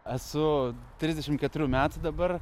esu trisdešim keturių metų dabar